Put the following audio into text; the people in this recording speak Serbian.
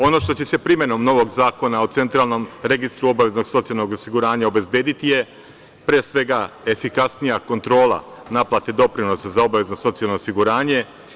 Ono što će se primenom novog Zakona o centralnom registru obaveznog socijalnog osiguranja obezbediti je, pre svega, efikasnija kontrola naplate doprinosa za obavezno socijalno osiguranje.